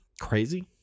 Crazy